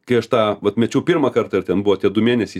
kai aš tą vat mečiau pirmą kartą ir ten buvo tie du mėnesiai